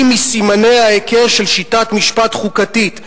היא מסימני ההיכר של שיטת משפט חוקתית,